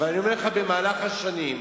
אני אומר לך, במהלך השנים,